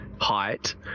height